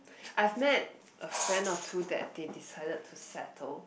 I've met a friend or two that they decided to settle